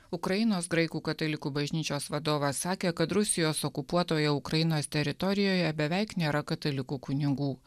ukrainos graikų katalikų bažnyčios vadovas sakė kad rusijos okupuotoje ukrainos teritorijoje beveik nėra katalikų kunigų